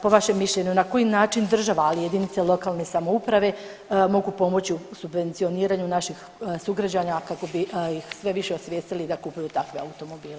Po vašem mišljenju, na koji način država, ali i jedinice lokalne samouprave mogu pomoći u subvencioniranju naših sugrađana kako bi ih sve više osvijestili da kupuju takve automobile?